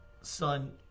son